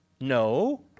no